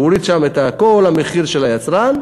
הוא הוריד שם את כל המחיר של היצרן,